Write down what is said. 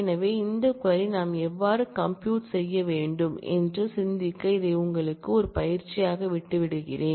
எனவே இந்த க்வரி நாம் எவ்வாறு கம்ப்யூட் செய்ய முடியும் என்று சிந்திக்க இதை உங்களுக்கு ஒரு பயிற்சியாக விட்டுவிடுகிறேன்